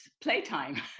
playtime